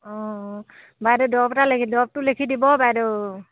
অঁ বাইদেউ দৰৱ এটা দৰৱটো লিখি দিব বাইদেউ